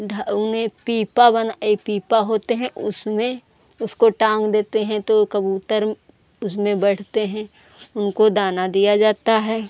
ढ उन्हें पीपा बना यह पीपा होते हैं तो उसमें उसको टांग देते हैं तो कबूतर उसमें बैठते हैं उनको दाना दिया जाता है